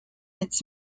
its